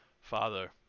father